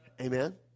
Amen